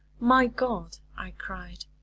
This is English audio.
my god, i cried,